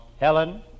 Helen